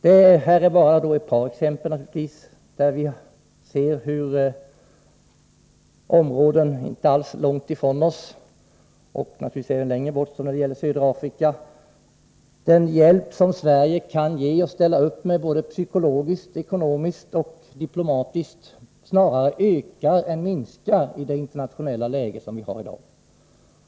Detta var bara ett par exempel på områden inte alls långt ifrån oss, och naturligtvis även längre bort såsom exempelvis södra Afrika, där behovet av den hjälp som Sverige kan ställa upp med både psykologiskt, ekonomiskt och diplomatiskt snarare ökar än minskar i det internationella läge som vi har i dag.